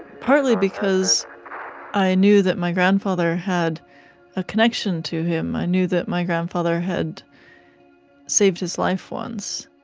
partly because i knew that my grandfather had a connection to him, i knew that my grandfather had saved his life once.